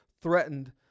threatened